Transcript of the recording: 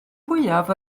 fwyaf